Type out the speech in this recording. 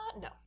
No